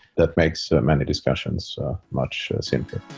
that makes many discussions much simpler